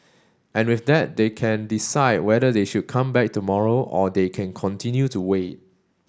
and with that they can decide whether they should come back tomorrow or they can continue to wait